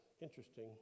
interesting